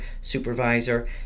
supervisor